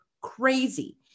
crazy